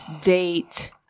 date